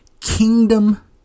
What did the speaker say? kingdom